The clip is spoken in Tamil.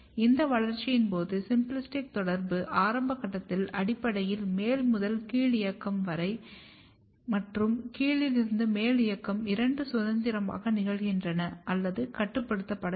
இந்த வளர்ச்சியின் போது சிம்பிளாஸ்டிக் தொடர்பு ஆரம்ப கட்டத்தில் அடிப்படையில் மேல் முதல் கீழ் இயக்கம் மற்றும் கீழிருந்து மேல் இயக்கம் இரண்டும் சுதந்திரமாக நிகழ்கின்றன அல்லது கட்டுப்படுத்தப்படவில்லை